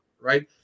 right